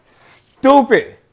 Stupid